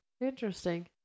Interesting